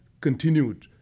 continued